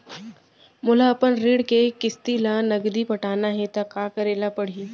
मोला अपन ऋण के किसती ला नगदी पटाना हे ता का करे पड़ही?